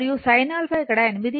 మరియు sin α ఇక్కడ 8